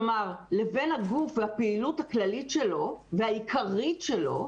כלומר לבין הפעילות הכללית והעיקרית של הגוף,